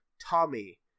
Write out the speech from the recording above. Tommy